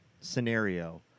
scenario